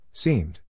Seemed